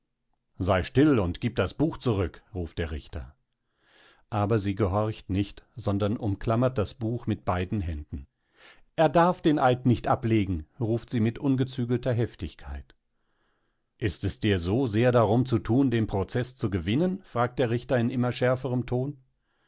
sei still und gib das buch zurück ruft der richter aber sie gehorcht nicht sondern umklammert das buch mit beiden händen er darf den eid nicht ablegen ruft sie mit ungezügelter heftigkeit ist es dir so sehr darum zu tun den prozeß zu gewinnen fragt der richter in immer schärferem ton